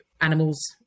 animals